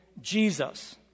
Jesus